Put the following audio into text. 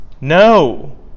No